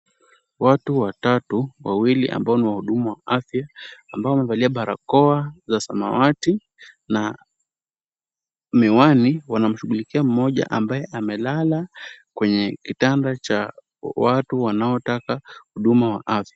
Watu watatu, wawili ambao ni wahudumu wa afya, ambao wamevalia barakoa za samawati na miwani, wanamshughulikia mgonjwa ambaye amelala kwenye kitanda cha watu ambao wanaotaka huduma za afya.